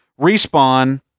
Respawn